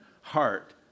heart